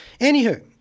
Anywho